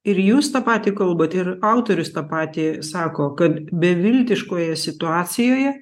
ir jūs tą patį kalbate ir autorius tą patį sako kad beviltiškoje situacijoje